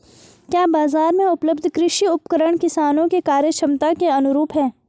क्या बाजार में उपलब्ध कृषि उपकरण किसानों के क्रयक्षमता के अनुरूप हैं?